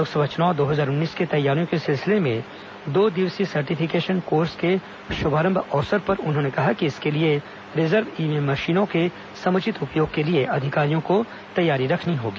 लोकसभा चुनाव दो हजार उन्नीस की तैयारियों के सिलसिले में दो दिवसीय सर्टिफिकेशन कोर्स के शुभारंभ अवसर पर उन्होंने कहा कि इसके लिए रिजर्व ईव्हीएम मशीनों के समुचित उपयोग के लिए अधिकारियों को तैयारी रखनी होगी